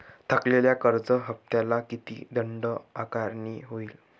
थकलेल्या कर्ज हफ्त्याला किती दंड आकारणी होईल?